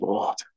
Lord